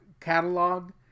catalog